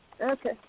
Okay